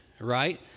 right